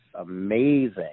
amazing